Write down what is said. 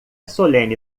solene